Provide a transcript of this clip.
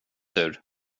tur